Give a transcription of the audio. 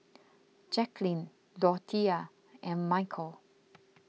Jacklyn Dorthea and Michel